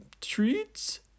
treats